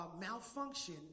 malfunction